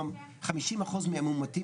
שאותם ילדים מאומתים